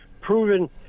proven